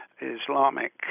Islamic